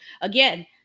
Again